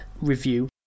review